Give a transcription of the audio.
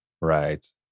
right